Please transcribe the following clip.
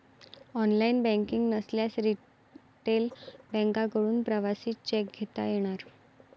online banking नसल्यास retail बँकांकडून प्रवासी चेक घेता येणार